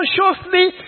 consciously